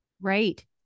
right